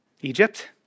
Egypt